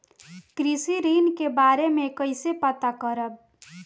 कृषि ऋण के बारे मे कइसे पता करब?